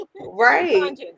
Right